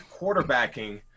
quarterbacking